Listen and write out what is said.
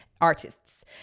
artists